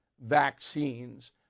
vaccines